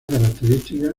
característica